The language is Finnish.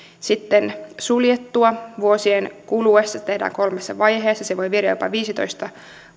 sitten suljettua vuosien kuluessa se tehdään kolmessa vaiheessa se voi viedä jopa viisitoista